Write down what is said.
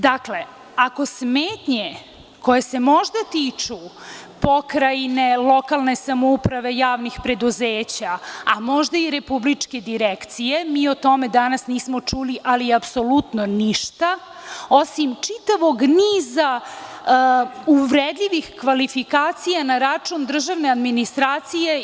Dakle, ako smetnje koje se možda tiču pokrajine, lokalne samouprave, javnih preduzeća, a možda i Republičke direkcije, mi o tome nismo čuli apsolutno ništa, osim čitavog niza uvredljivih kvalifikacija na račun državne administracije.